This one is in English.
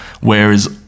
whereas